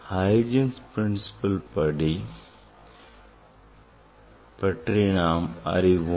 Huygens கோட்பாட்டைப் பற்றி நாம் அறிவோம்